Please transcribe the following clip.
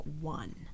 one